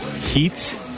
heat